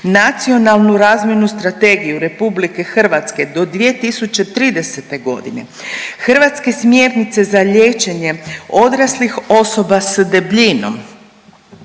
Nacionalnu razvojnu strategiju RH do 2030.g., hrvatske smjernice za liječenje odraslih osoba s debljinom,